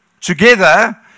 together